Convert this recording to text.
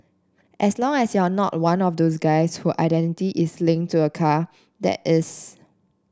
as long as you're not one of those guys who identity is linked to a car that is